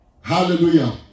Hallelujah